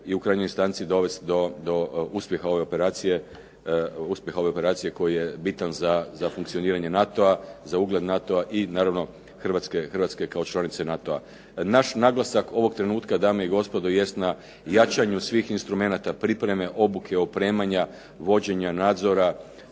i u krajnjoj istanci dovest do uspjeha ove operacije koji je bitan za funkcioniranje NATO-a, za ugled NATO-a i naravno Hrvatske kao članice NATO-a. Naš naglasak ovog trenutka dame i gospodo jest na jačanju svih instrumenata pripreme, obuke, opremanja, vođenja nadzora,